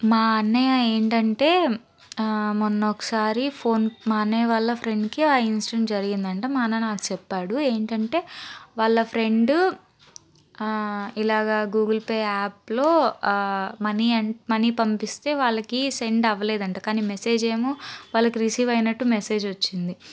మా అన్నయ్య ఏంటంటే మొన్న ఒకసారి ఫోన్ మా అన్నయ్య వాళ్ళ ఫ్రెండ్కి ఆ ఇన్సిడెంట్ జరిగిందంటా మా అన్న నాకు చెప్పాడు ఏంటంటే వాళ్ళ ఫ్రెండ్ ఇలాగా గూగుల్పే యాప్లో మనీ మనీ పంపిస్తే వాళ్లకి సెండ్ అవ్వలేదంట కానీ మెసేజ్ ఏమో వాళ్ళకి రిసీవ్ అయినట్టు మెసేజ్ వచ్చింది